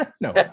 No